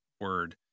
word